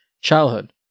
childhood